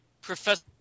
professor